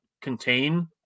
contain